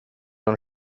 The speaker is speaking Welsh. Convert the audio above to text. ond